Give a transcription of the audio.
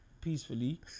peacefully